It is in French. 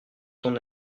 ton